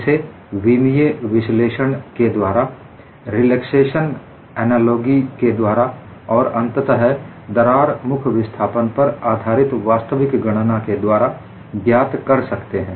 इसे विमीय विश्लेषण के द्वारा रिलैक्सेशन एनालॉगी के द्वारा और अंततः दरार मुख विस्थापन पर आधारित वास्तविक गणना के द्वारा ज्ञात कर सकते हैं